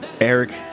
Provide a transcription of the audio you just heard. Eric